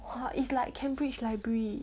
!wah! it's like Cambridge library